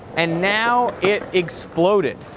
and now it exploded.